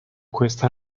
questa